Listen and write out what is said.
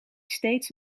steeds